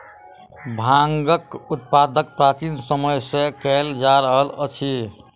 भांगक उत्पादन प्राचीन समय सॅ कयल जा रहल अछि